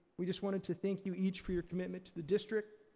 we just wanted to thank you each for your commitment to the district,